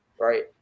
right